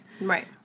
Right